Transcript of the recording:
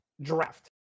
draft